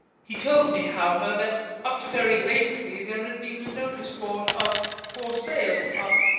he told me, however, that up to very lately there had been a notice-board of for sale up,